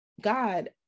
God